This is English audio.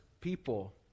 people